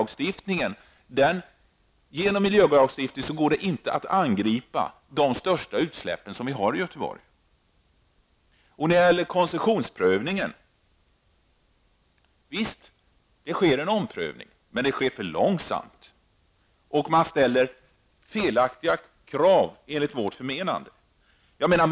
På grund av miljölagstiftningen är det omöjligt att angripa de största utsläppen i Göteborg. När det gäller detta med koncessionsprövningen vill jag säga följande. Ja visst, det sker en omprövning. Men det går för långsamt. Dessutom ställer man, enligt vårt förmenande, felaktiga krav.